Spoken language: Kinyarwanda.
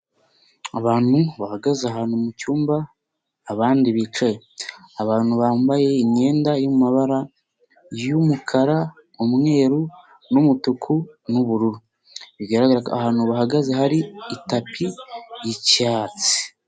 Abantu bahagaze ahantu mu cyumba, abandi bicaye, abantu bambaye imyenda iri mu mabara y'umukara, umweru n'umutuku n'ubururu, bigaragara ko ahantu bahagaze hari, itapi y'icyatsi.